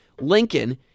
Lincoln